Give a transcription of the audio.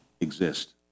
exist